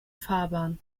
fahrbahn